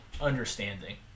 understanding